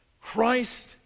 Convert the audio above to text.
Christ